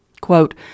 Quote